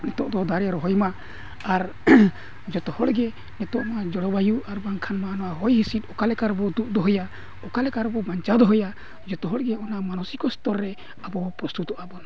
ᱱᱤᱛᱚᱜ ᱫᱚ ᱫᱟᱨᱮ ᱨᱚᱦᱚᱭ ᱢᱟ ᱟᱨ ᱡᱚᱛᱚ ᱦᱚᱲᱜᱮ ᱱᱤᱛᱚᱜ ᱢᱟ ᱡᱚᱞᱚᱵᱟᱭᱩ ᱟᱨ ᱵᱟᱝᱠᱷᱟᱱ ᱢᱟ ᱱᱚᱣᱟ ᱦᱚᱭᱦᱤᱸᱥᱤᱫᱽ ᱚᱠᱟ ᱞᱮᱠᱟ ᱨᱮᱵᱚᱱ ᱫᱩᱜ ᱫᱚᱦᱚᱭᱟ ᱚᱠᱟ ᱞᱮᱠᱟ ᱨᱮᱵᱚᱱ ᱵᱟᱧᱪᱟᱣ ᱫᱚᱦᱚᱭᱟ ᱡᱚᱛᱚ ᱦᱚᱲ ᱜᱮ ᱚᱱᱟ ᱢᱟᱱᱚᱥᱤᱠ ᱥᱛᱚᱨ ᱨᱮ ᱟᱵᱚ ᱯᱨᱚᱥᱛᱩᱛᱚᱜᱼᱟ ᱵᱚᱱ